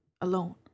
Alone